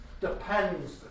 depends